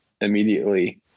immediately